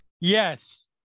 yes